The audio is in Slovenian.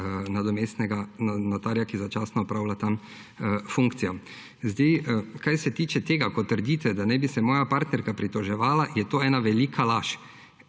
nadomestnega notarja, ki začasno opravlja tam funkcijo. Kar se tiče tega, ko trdite, da naj bi se moja partnerka pritoževala, je to velika laž.